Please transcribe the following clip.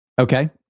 Okay